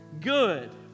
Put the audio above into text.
good